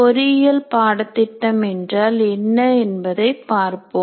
பொறியியல் பாடத் திட்டம் என்றால் என்ன என்பதை பார்ப்போம்